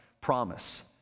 promise